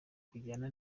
kujyana